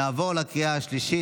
נעבור לקריאה שלישית.